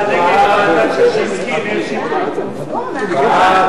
ההצעה להעביר את הצעת חוק הבנקאות (תיקוני חקיקה),